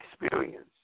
experience